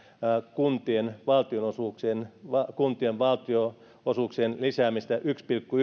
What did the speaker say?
kuntien valtionosuuksien kuntien valtionosuuksien lisäämisestä yhdellä pilkku